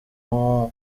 you